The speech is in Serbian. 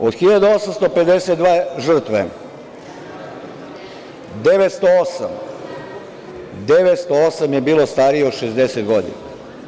Od 1.852 žrtve, 908 je bilo starije od 60 godina.